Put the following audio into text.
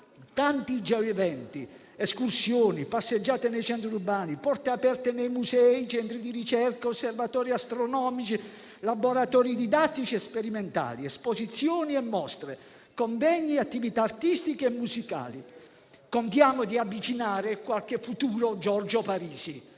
tanti geo-eventi: escursioni, passeggiate nei centri urbani, porte aperte nei musei, centri di ricerca, osservatori astronomici, laboratori didattici e sperimentali, esposizioni e mostre; convegni, attività artistiche e musicali. Contiamo di avvicinare qualche futuro Giorgio Parisi.